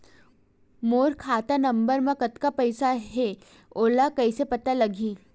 मोर खाता नंबर मा कतका पईसा हे ओला कइसे पता लगी?